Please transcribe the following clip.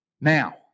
Now